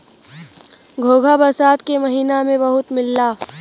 घोंघा बरसात के महिना में बहुते मिलला